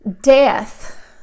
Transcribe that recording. death